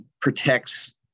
protects